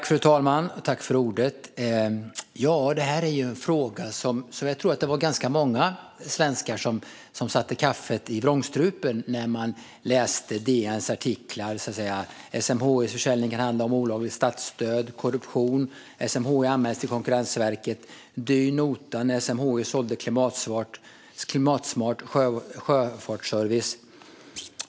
Fru talman! Jag tror att ganska många svenskar satte kaffet i vrångstrupen när de läste DN:s artiklar med rubriker som "SMHI-försäljningen kan handla om olagligt statsstöd", "'Korruption' - SMHI anmäls till Konkurrensverket" och "Dyr nota när SMHI sålt klimatsmart sjöfartsservice".